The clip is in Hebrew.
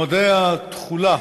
מועדי התחילה